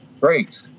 great